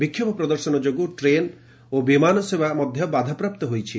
ବିକ୍ଷୋଭ ପ୍ରଦର୍ଶନ ଯୋଗୁଁ ଟ୍ରେନ୍ ଓ ବିମାନ ସେବା ବାଧାପ୍ରାପ୍ତ ହୋଇଛି